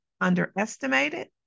underestimated